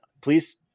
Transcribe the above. please